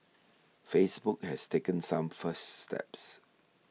Facebook has taken some first steps